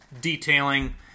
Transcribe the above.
detailing